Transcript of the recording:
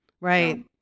Right